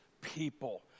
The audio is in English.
people